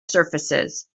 surfaces